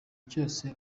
cyose